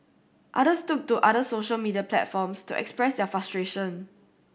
others took to other social media platforms to express their frustration